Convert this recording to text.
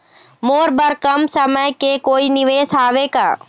मोर बर कम समय के कोई निवेश हावे का?